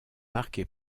marqué